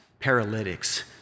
paralytics